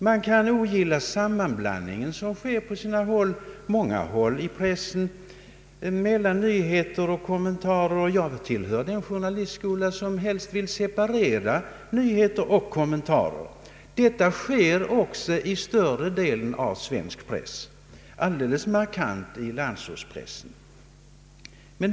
Man kan ogilla den sammanblandning som sker på många håll i pressen av nyheter och kommentarer, och jag tillhör den journalistskola som helst vill separera nyheter och kommentarer. Så sker också i större delen av svensk press, alldeles markant i landsortspressen.